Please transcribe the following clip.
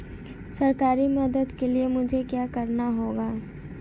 सरकारी मदद के लिए मुझे क्या करना होगा?